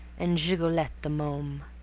and gigolette the mome.